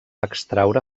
extraure